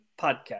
podcast